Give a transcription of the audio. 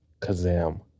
Kazam